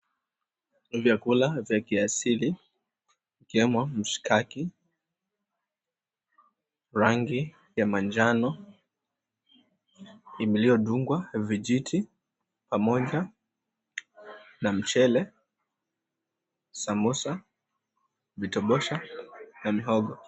Vyakula vya kiasili ikiwemo mshikaki rangi ya manjano iliyodungwa vijiti pamoja na mchele, samosa, vitobosha na mihogo.